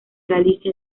galicia